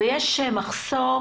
יש מחסור